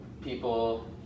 people